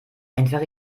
einfach